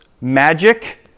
magic